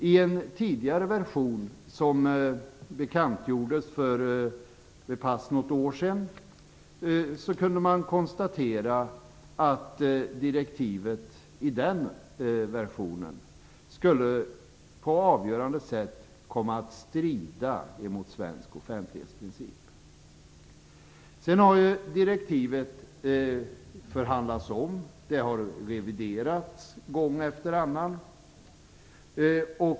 I en tidigare version, som bekantgjordes vid pass något år sedan, kunde man konstatera att direktivet på ett avgörande sätt skulle komma att strida mot svensk offentlighetsprincip. Sedan har direktivet förhandlats om. Det har reviderats gång efter annan.